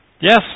yes